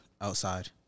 outside